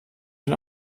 den